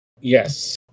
Yes